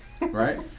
Right